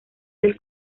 del